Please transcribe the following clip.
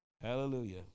Hallelujah